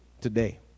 today